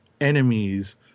enemies